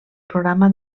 programa